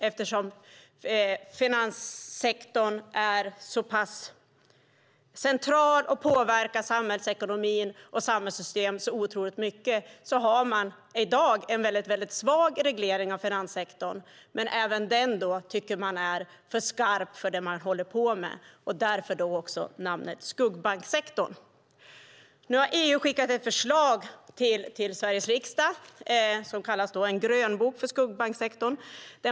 Trots att finanssektorn är så pass central och påverkar samhällsekonomin och samhällssystemet så otroligt mycket har vi i dag en väldigt svag reglering av finanssektorn, men även den tycker man är för skarp för det man håller på med - därför namnet skuggbanksektorn. Nu har EU skickat ett förslag till Sveriges riksdag som kallas en grönbok för skuggbanksektorn.